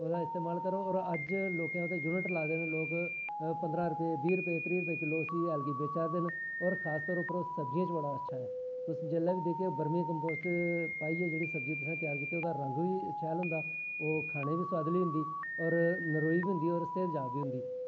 अज्ज कल लोकें युनट लाए दे न अज्ज पंदरां रपे बीह रपे उस हैल गी बेचा दे न खासकर सब्जियां च बड़ा अच्चा ऐ तुस जिसलै बी दिखगे खुम्भे च पाईयै जेह्की तुसें सब्जी तेआर कीती ओह्दा रंग बी शैल होंदा ओह् खानें गी बी सोआदली होंदी नरोई बी होंदी और सेहतमंद बी होंदी